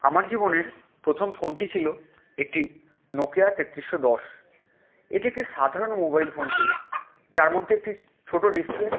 আমার জীবনের প্রথম ফোনটি ছিলো একটি নোকিয়া তেত্রিশশো দশ এটি একটি সাধারণ মোবাইল ফোন ছিলো যার মধ্যে একটি ছোটো ডিসপ্লে